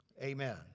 Amen